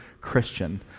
Christian